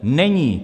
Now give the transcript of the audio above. Není.